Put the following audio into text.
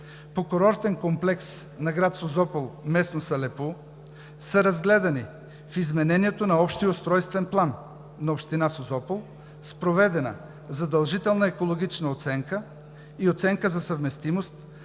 по курортен комплекс на град Созопол, местност Алепу, са разгледани в изменението на Общия устройствен план на община Созопол с проведена задължителна екологична оценка и оценка за съвместимост